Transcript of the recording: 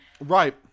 right